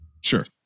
sure